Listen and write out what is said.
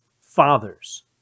Fathers